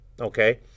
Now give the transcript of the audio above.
okay